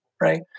right